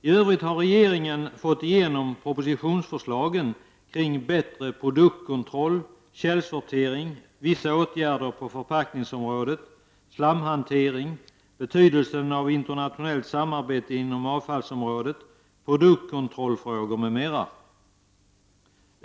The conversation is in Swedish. I övrigt har regeringen fått igenom propositionsförslagen kring bättre produktkontroll, källsortering, vissa åtgärder på förpackningsområdet, slamhantering, betydelsen av internationellt samarbete inom avfallsområdet, produktkontrollfrågor m.m.